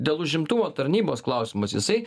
dėl užimtumo tarnybos klausimas jisai